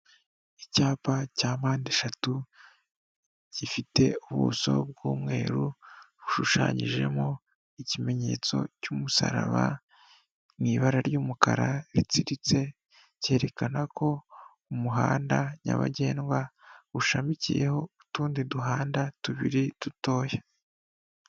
Icyapa cya mpande eshatu gifite ubuso bw'umweru bushushanyijemo ikimenyetso cy'umusaraba mu ibara ry'umukara ritsiritse cyerekana ko umuhanda nyabagendwa ushamikiyeho utundi duhanda tubiri dutoya.